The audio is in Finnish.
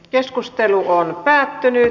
keskustelu päättyi